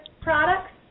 products